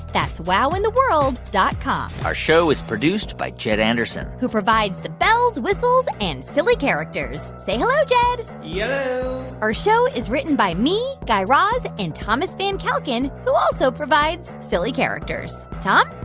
that's wowintheworld dot com our show is produced by jed anderson. who provides the bells, whistles and silly characters. say hello, jed yello yeah our show is written by me guy raz and thomas van kalken, who also provides silly characters. tom?